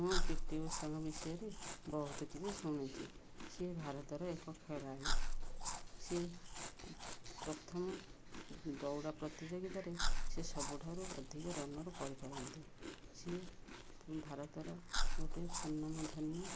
ମୁଁ ପିଟି ଓଷାଙ୍କ ବିଷୟରେ ବହୁତ କିଛି ଶୁଣିଛି ସିଏ ଭାରତର ଏକ ଖେଳାଳି ସିଏ ପ୍ରଥମ ଦୌଡ଼ ପ୍ରତିଯୋଗିତାରେ ସିଏ ସବୁଠାରୁ ଅଧିକ ରନ୍ ର କରିପାରନ୍ତି ସିଏ ଭାରତର ଗୋଟେ ସୁନାମ ଧନିଆ